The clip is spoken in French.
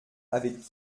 avec